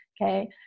okay